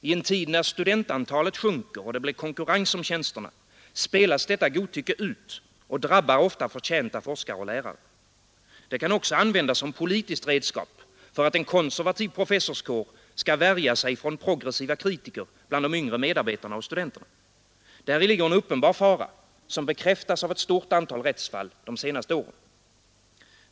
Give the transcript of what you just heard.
I en tid när studentantalet sjunker och det blir konkurrens om tjänsterna spelas detta godtycke ut och drabbar ofta förtjänta forskare och lärare. Det kan också användas som politiskt redskap för att en konservativ professorskår skall värja sig för progressiva kritiker bland de yngre medarbetarna och studenterna. Däri ligger en uppenbar fara, som bekräftas av ett stort antal rättsfall de senaste åren.